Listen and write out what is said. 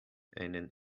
einen